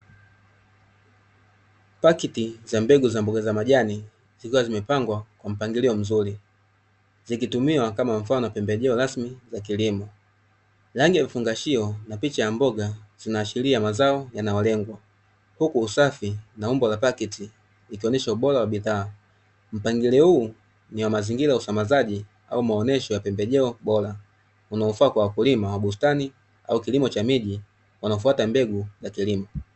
Paketi za mbegu za mboga za majani zikiwa zimepangwa kwa mpangilio mzuri, zikitumiwa kama mfano wa pembejeo rasmi za kilimo, rangi ya kifungashio na picha ya mboga inaashiria ni mazao yanayolengwa, huku usafi na umbo la paketi ukionyesha ubora wa bidhaa, mpangilio huu ni wa mazingira ya usambazaji au maonesho ya pembejeo bora, yanayofaa kwa wakulima wa bustani au kilimo cha miti wanaofuata mbegu za kilimo.